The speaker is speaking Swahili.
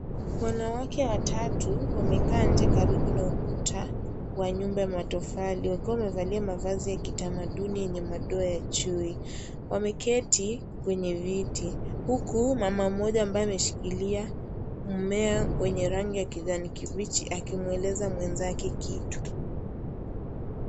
Wanawake watatu wamekaa nje karibu na ukuta wa nyumba ya matofali wakiwa wamevalia mavazi ya kitamaduni yenye madoa ya chui , wameketi kwenye viti huku mama mmoja ambaye ameshikilia mmea wenye rangi ya kijani kibichi akimweleza mwenzake kitu.